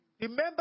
remember